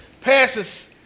passes